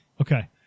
Okay